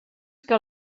que